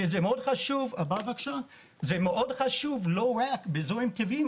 זה מאוד חשוב לא רק באזורים טבעיים,